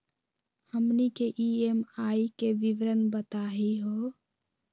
हमनी के ई.एम.आई के विवरण बताही हो?